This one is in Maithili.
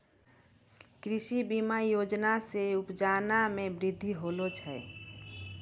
कृषि बीमा योजना से उपजा मे बृद्धि होलो छै